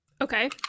Okay